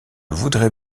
voudrais